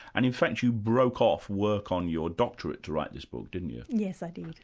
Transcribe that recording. and in fact you broke off work on your doctorate to write this book, didn't you? yes, i did.